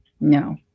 No